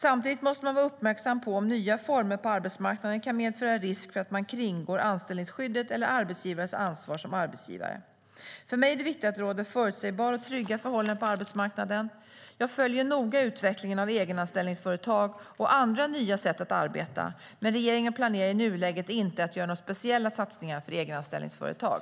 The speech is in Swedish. Samtidigt måste man vara uppmärksam på om nya former på arbetsmarknaden kan medföra en risk för att man kringgår anställningsskyddet eller arbetsgivares ansvar som arbetsgivare. För mig är det viktigt att det råder förutsägbara och trygga förhållanden på arbetsmarknaden. Jag följer noga utvecklingen av egenanställningsföretag och andra nya sätt att arbeta, men regeringen planerar i nuläget inte att göra några speciella satsningar för egenanställningsföretag.